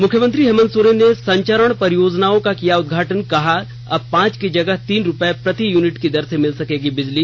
मुख्यमंत्री हेमंत सोरेन ने संचरण परियोजनाओं का किया उद्घाटन कहा अब पांच की जगह तीन रुपये प्रति यूनिट की दर से मिल सकेगी बिजली